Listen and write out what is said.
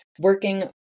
working